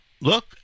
Look